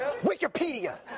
WIKIPEDIA